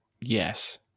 Yes